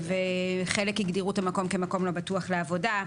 וחלק הגדירו את המקום כמקום לא בטוח לעבודה.